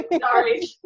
Sorry